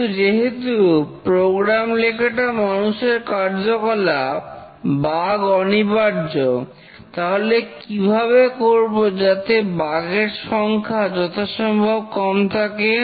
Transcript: কিন্তু যেহেতু প্রোগ্রাম লেখাটা মানুষের কার্যকলাপ বাগ অনিবার্য তাহলে কিভাবে করব যাতে বাগ এর সংখ্যা যথাসম্ভব কম থাকে